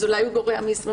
אז אולי הוא גורע מ-28.